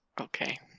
okay